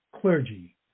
clergy